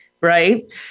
right